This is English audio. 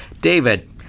David